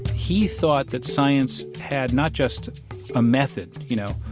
he thought that science had not just a method, you know,